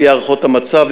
על-פי הערכות המצב,